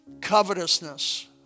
covetousness